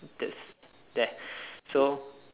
that's there so